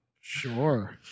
Sure